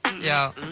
yeah